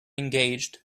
engaged